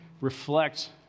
reflect